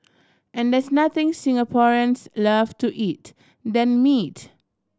and there's nothing Singaporeans love to eat than meat